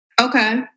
Okay